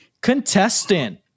contestant